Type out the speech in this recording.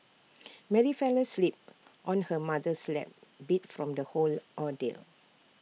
Mary fell asleep on her mother's lap beat from the whole ordeal